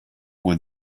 would